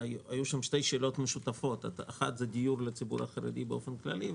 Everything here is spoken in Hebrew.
היו שם שתי שאלות משותפות: על דיור לציבור החרדי באופן כללי,